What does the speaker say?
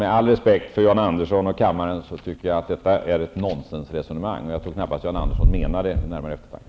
Med all respekt för Jan Andersson och kammaren tycker jag att detta är ett nonsensresonemang, och jag tror knappast att Jan Andersson vid närmare eftertanke menar det.